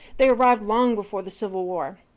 they arrived long before the civil war.